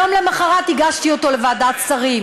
יום למחרת הגשתי אותו לוועדת שרים.